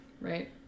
right